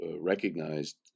recognized